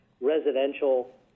residential